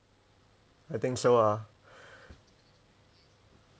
I think so